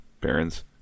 barons